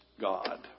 God